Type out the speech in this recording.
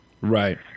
Right